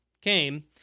came